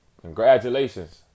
congratulations